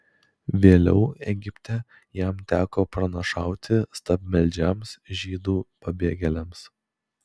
vėliau egipte jam teko pranašauti stabmeldžiams žydų pabėgėliams